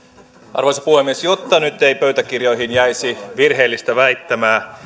arvoisa puhemies jotta nyt ei pöytäkirjoihin jäisi virheellistä väittämää